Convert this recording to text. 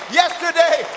yesterday